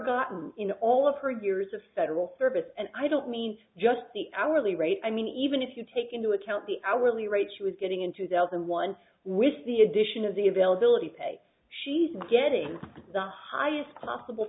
in all of her years of federal service and i don't mean just the hourly rate i mean even if you take into account the hourly rate she was getting in two thousand and one with the addition of the availability pay she's not getting the highest possible